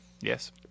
Yes